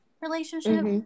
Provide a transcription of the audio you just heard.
relationship